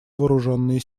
вооруженные